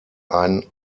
ein